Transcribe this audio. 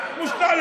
אבל אני לא יכול,